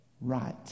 right